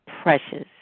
precious